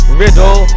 riddle